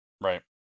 Right